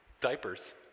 diapers